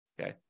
Okay